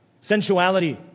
sensuality